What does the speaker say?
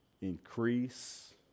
increase